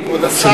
כבוד השר,